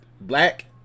Black